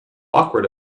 awkward